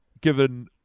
given